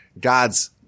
God's